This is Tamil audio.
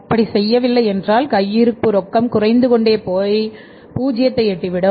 அப்படி செய்யவில்லை என்றால் கையிருப்பு ரொக்கம் குறைந்து கொண்டே போய் 0 எட்டி விடும்